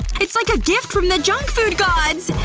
it's like a gift from the junk food gods!